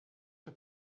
for